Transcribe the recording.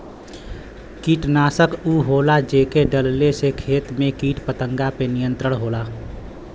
कीटनाशक उ होला जेके डलले से खेत में कीट पतंगा पे नियंत्रण होला